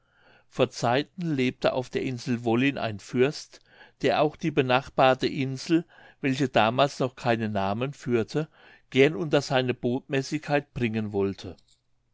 vor zeiten lebte auf der insel wollin ein fürst der auch die benachbarte insel welche damals noch keinen namen führte gern unter seine botmäßigkeit bringen wollte